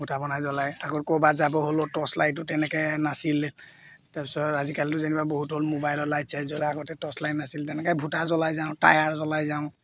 ভূটা বনাই জ্বলাই আগৰ ক'ৰবাত যাব হ'লেও টৰ্চ লাইটো তেনেকৈ নাছিল তাৰপিছত আজিকালিতো যেনিবা বহুত হ'ল মোবাইলৰ লাইট চাইট জ্বলাই আগতে টৰ্চ লাইট নাছিল তেনেকৈ ভূটা জ্বলাই যাওঁ টায়াৰ জ্বলাই যাওঁ